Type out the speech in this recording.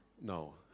No